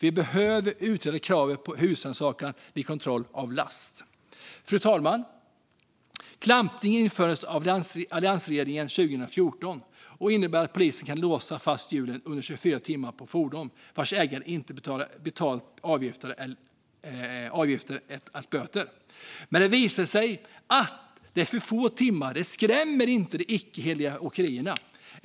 Vi behöver utreda kravet på husrannsakan vid kontroll av last. Fru talman! Klampning infördes av alliansregeringen 2014. Det innebär att polisen under 24 timmar kan låsa fast hjulen på ett fordon vars ägare inte har betalat avgifter eller böter. Det har dock visat sig att detta är för få timmar - det skrämmer inte de icke-hederliga åkerierna.